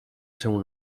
seu